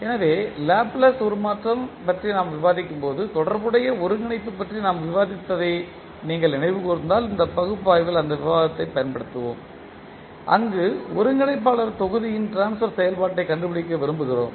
எனவே லாப்லேஸ் உருமாற்றம் பற்றி நாம் விவாதிக்கும்போது தொடர்புடைய ஒருங்கிணைப்பு பற்றி நாம் விவாதித்ததை நீங்கள் நினைவு கூர்ந்தால் இந்த பகுப்பாய்வில் அந்த விவாதத்தைப் பயன்படுத்தினோம் அங்கு ஒருங்கிணைப்பாளர் தொகுதியின் ட்ரான்ஸ்பர் செயல்பாட்டைக் கண்டுபிடிக்க விரும்புகிறோம்